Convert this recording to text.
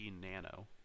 Nano